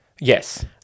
Yes